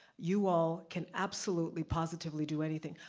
you all can absolutely, positively do anything.